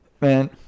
Man